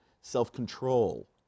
self-control